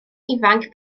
ifanc